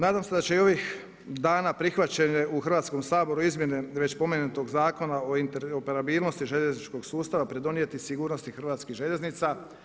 Nadam se da će i ovih dana prihvaćanje u Hrvatskom saboru izmjene već spomenutog Zakona o interoperabilnosti željezničkog sustava pridonijeti sigurnosti hrvatskih željeznica.